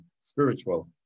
spiritual